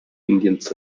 indians